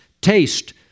taste